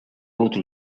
avuto